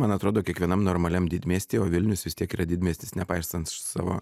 man atrodo kiekvienam normaliam didmiesty o vilnius vis tiek yra didmiestis nepaisant savo